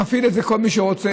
מפעיל את זה כל מי שרוצה,